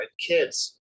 kids